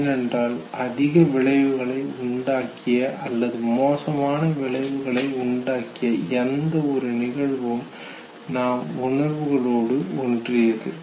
ஏனென்றால் அதிக விளைவுகளை உண்டாக்கிய அல்லது மோசமான விளைவுகளை உண்டாக்கிய எந்த ஒரு நிகழ்வும் நாம் உணர்வுகளோடு ஒன்றியது